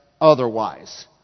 otherwise